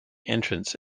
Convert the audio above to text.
entrance